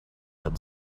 had